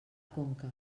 conca